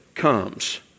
Comes